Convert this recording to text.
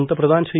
पंतप्रधान श्री